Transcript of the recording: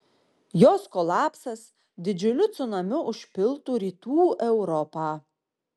jos kolapsas didžiuliu cunamiu užpiltų rytų europą